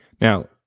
Now